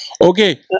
Okay